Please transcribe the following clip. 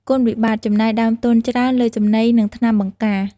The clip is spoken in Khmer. គុណវិបត្តិ ចំណាយដើមទុនច្រើនលើចំណី និងថ្នាំបង្ការ។